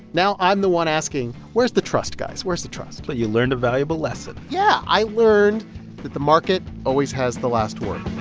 now i'm the one asking, where's the trust, guys? where's the trust? but you learned a valuable lesson yeah, i learned that the market always has the last word